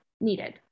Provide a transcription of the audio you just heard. needed